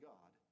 God